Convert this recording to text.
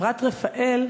חברת רפא"ל